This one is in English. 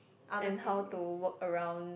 and how to work around